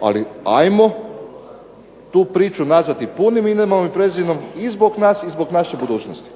ali ajmo tu priču nazvati punim imenom i prezimenom i zbog nas i zbog naše budućnosti.